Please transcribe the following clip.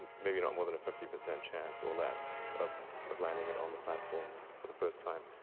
maybe not more than a fifty percent chance or less of of landing it on the platform for the first time,